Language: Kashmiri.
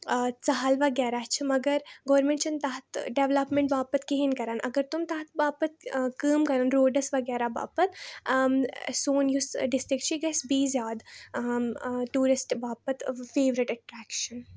ژَہل وغیرہ چھِ مگر گورمیٚنٛٹ چھِنہٕ تَتھ ڈیٚولَپمیٚنٛٹ باپَتھ کِہیٖنۍ کَران اگر تِم تَتھ باپَتھ کٲم کَرَان روڈَس وغیرہ باپَتھ سون یُس ڈِسٹِرٛک چھِ یہِ گژھِ بیٚیہِ زیادٕ ٹوٗرِسٹ باپَتھ فیورِٹ اَٹریٚکشَن